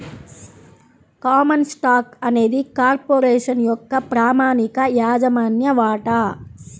common stock అనేది corporation యొక్క ప్రామాణిక యాజమాన్య వాటా